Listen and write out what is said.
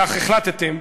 כך החלטתם,